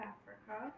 Africa